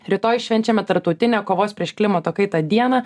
rytoj švenčiame tarptautinę kovos prieš klimato kaitą dieną